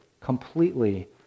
completely